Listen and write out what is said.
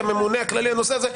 כממונה הכללי על הנושא הזה,